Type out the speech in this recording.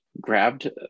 grabbed